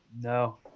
no